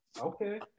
Okay